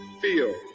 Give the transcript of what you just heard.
feel